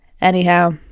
Anyhow